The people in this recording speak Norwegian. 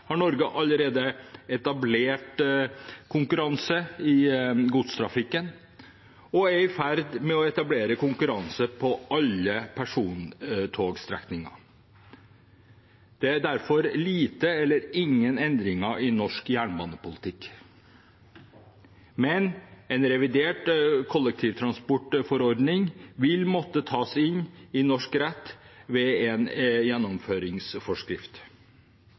har Norge allerede etablert konkurranse i godstrafikken og er i ferd med å etablere konkurranse på alle persontogstrekninger. Det er derfor få eller ingen endringer i norsk jernbanepolitikk. Men en revidert kollektivtransportforordning vil måtte tas i inn i norsk rett ved en gjennomføringsforskrift.